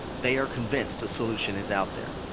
they are convinced a solution is out there.